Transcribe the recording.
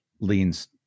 leans